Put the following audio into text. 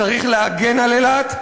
צריך להגן על אילת,